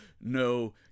no